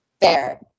Fair